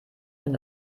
wenn